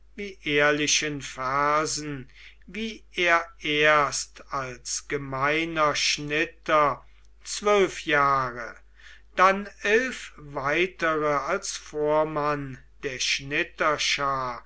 wie ehrlichen vers wie er erst als gemeiner schnitter zwölf jahre dann elf weitere als vormann der schnitterschar